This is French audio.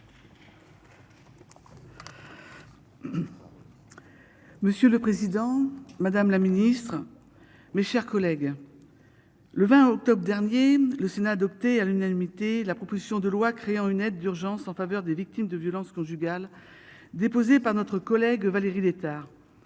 Monsieur le Président Madame la Ministre. Mes chers collègues. Le 20 octobre dernier, le Sénat a adopté à l'unanimité la proposition de loi créant une aide d'urgence en faveur des victimes de violences conjugales déposée par notre collègue Valérie Létard.